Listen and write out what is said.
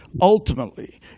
ultimately